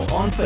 on